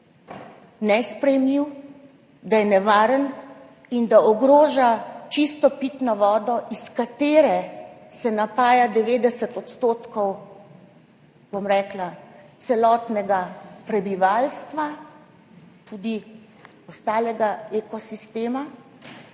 nesprejemljiv, da je nevaren in da ogroža čisto pitno vodo, iz katere se napaja 90 % celotnega prebivalstva, tudi ostalega ekosistema,